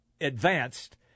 advanced